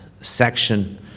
section